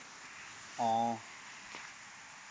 oh